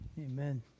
Amen